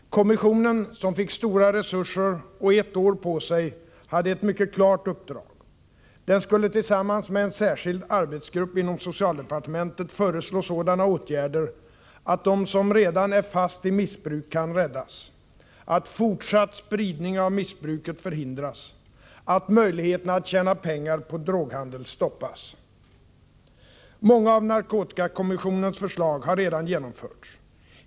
Kommissionen — som fick stora resurser och ett år på sig — hade ett mycket klart uppdrag: Den skulle, tillsammans med en särskild arbetsgrupp inom socialdepartementet, föreslå sådana åtgärder att de som redan är fast i missbruk kan räddas, att fortsatt spridning av missbruket förhindras, att möjligheten att tjäna pengar på droghandel stoppas. Många av narkotikakommissionens förslag har redan genomförts.